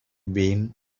been